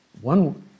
One